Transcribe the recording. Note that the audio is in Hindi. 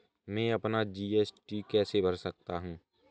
मैं अपना जी.एस.टी कैसे भर सकता हूँ?